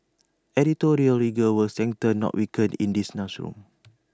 editorial rigour will strengthen not weaken in this room